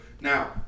Now